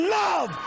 love